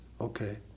okay